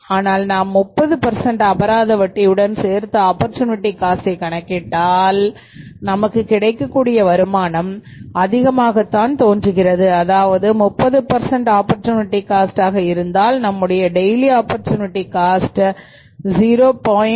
ஆனால் நாம் 30 அபராத வட்டியுடன் சேர்த்து ஆப்பர்சூனிட்டி கணக்கிட்டால் நமக்கு கிடைக்கக்கூடிய வருமானம் அதிகமாக தான் தோன்றுகிறது அதாவது 30 ஆப்பர்சூனிட்டி காஸ்ட் ஆக இருந்தால் நம்முடைய டெய்லி ஆப்பர்சூனிட்டி காஸ்ட0